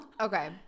okay